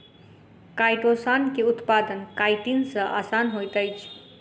chitosan के उत्पादन chitin सॅ आसान होइत अछि